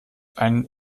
einen